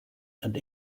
and